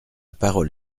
parole